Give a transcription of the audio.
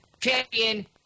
champion